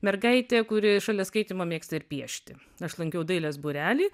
mergaitė kuri šalia skaitymo mėgsta ir piešti aš lankiau dailės būrelį